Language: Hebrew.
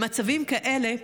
במצבים כאלה,